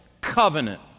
covenant